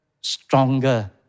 stronger